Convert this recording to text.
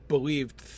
believed